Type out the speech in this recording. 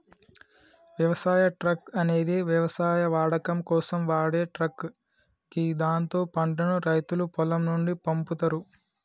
వ్యవసాయ ట్రక్ అనేది వ్యవసాయ వాడకం కోసం వాడే ట్రక్ గిదాంతో పంటను రైతులు పొలం నుండి పంపుతరు